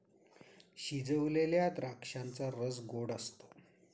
शिजवलेल्या द्राक्षांचा रस गोड असतो